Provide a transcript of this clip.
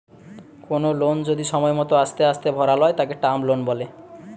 কোনো লোন যদি সময় মতো আস্তে আস্তে ভরালয় তাকে টার্ম লোন বলে